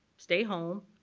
stay home,